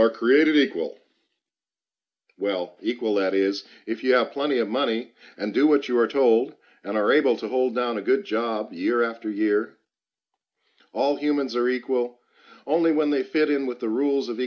are created equal well equal that is if you have plenty of money and do what you are told and are able to hold down a good job year after year all humans are equal only when they fit in with the rules of